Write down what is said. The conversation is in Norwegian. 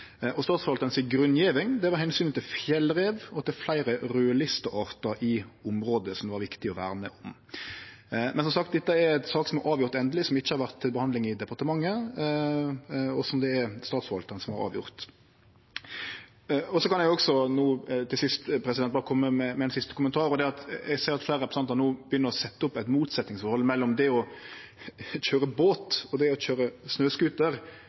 si grunngjeving var omsynet til fjellrev og til fleire raudlistearter i området som det var viktig å verne om. Men som sagt, dette er ei sak som er endeleg avgjord, som ikkje har vore til behandling i departementet, og som det er Statsforvaltaren som har avgjort. Så kan eg no til sist berre kome med ein siste kommentar, og det er at eg ser at fleire representantar no begynner å setje opp eit motsetningsforhold mellom det å køyre båt og det å køyre snøscooter, underforstått, slik eg oppfattar det, at det å køyre